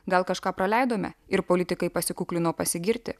gal kažką praleidome ir politikai pasikuklino pasigirti